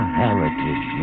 heritage